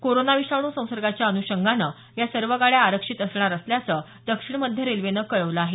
corona विषाणू संसर्गाच्या अनुषंगानं या सर्व गाड्या आरक्षित असणार असल्याचं दक्षिण मध्य रेल्वेनं कळवलं आहे